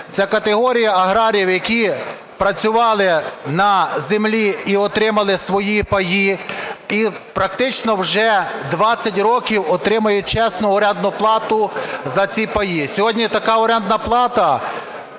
Це категорія аграріїв, які працювали на землі і отримали свої паї, і практично вже 20 років отримують чесну орендну плату за ці паї. Сьогодні така орендна плата